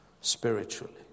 spiritually